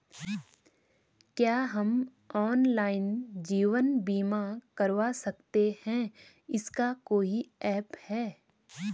क्या हम ऑनलाइन जीवन बीमा करवा सकते हैं इसका कोई ऐप है?